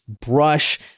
brush